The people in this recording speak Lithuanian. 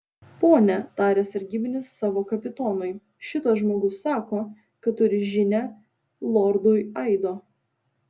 pone tarė sargybinis savo kapitonui šitas žmogus sako kad turi žinią lordui aido